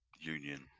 Union